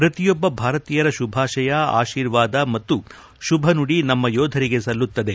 ಪ್ರತಿಯೊಬ್ಬ ಭಾರತೀಯರ ಶುಭಾಶಯ ಆಶೀರ್ವಾದ ಮತ್ತು ಶುಭನುಡಿ ನಮ್ಮ ಯೋಧರಿಗೆ ಸಲ್ಲುತ್ತದೆ